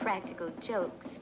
practical joke